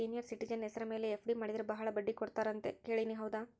Senior citizen ಹೆಸರ ಮೇಲೆ FD ಮಾಡಿದರೆ ಬಹಳ ಬಡ್ಡಿ ಕೊಡ್ತಾರೆ ಅಂತಾ ಕೇಳಿನಿ ಹೌದಾ?